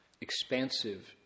expansive